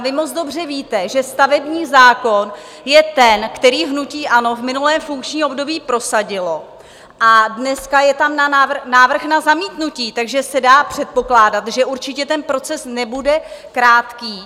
Vy moc dobře víte, že stavební zákon je ten, který hnutí ANO v minulém funkčním období prosadilo, a dneska je tam návrh na zamítnutí, takže se dá předpokládat, že určitě ten proces nebude krátký.